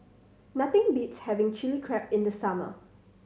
nothing beats having Chilli Crab in the summer